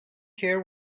care